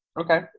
okay